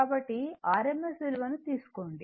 కాబట్టి ms విలువను తీసుకోండి